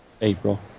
April